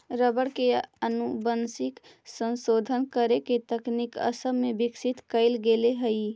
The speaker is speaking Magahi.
रबर के आनुवंशिक संशोधन करे के तकनीक असम में विकसित कैल गेले हई